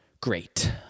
great